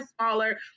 smaller